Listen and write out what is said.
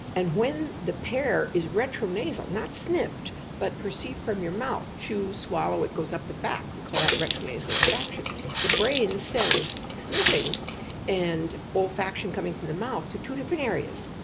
and when the pear is retronasal, not sniffed, but perceived from your mouth chew, swallow, it goes up the back, we call that retronasal olfaction the brain sends sniffing and olfaction coming from the mouth to two different areas.